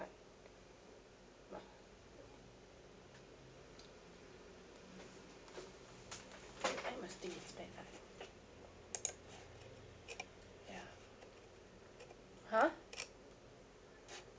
I must think it's bad art ya !huh!